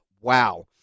Wow